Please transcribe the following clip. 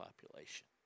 population